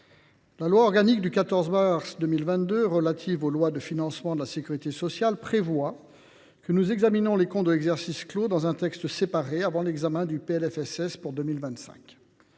La loi organique du 14 mars 2022 relative aux lois de financement de la sécurité sociale prévoit que nous examinions les comptes de l’exercice clos dans un texte séparé, avant l’examen du projet